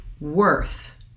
worth